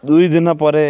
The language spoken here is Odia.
ଦୁଇ ଦିନ ପରେ